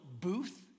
booth